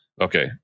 Okay